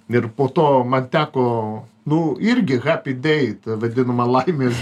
ir po to man teko nu irgi happy day ta vadinama laimės